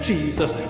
Jesus